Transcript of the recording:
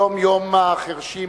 היום יום החירשים,